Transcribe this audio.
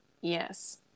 Yes